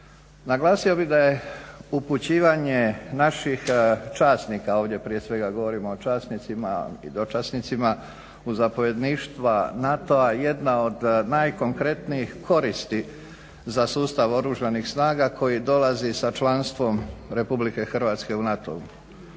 Naglasio bih da je upućivanje naših časnika, ovdje prije svega govorimo o časnicima i dočasnicima u zapovjedništva NATO-a jedna od najkonkretnijih koristi za sustav Oružanih snaga koji dolazi sa članstvom Republike Hrvatske u NATO-u.